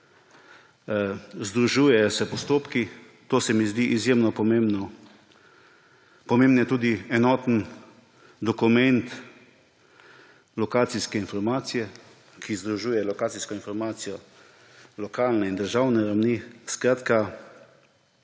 Združujejo se postopki, to se mi zdi izjemno pomembno, pomemben je tudi enoten dokument lokacijske informacije, ki združuje lokacijsko informacijo lokalne in državne ravni. Skratka,